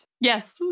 Yes